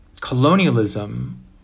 colonialism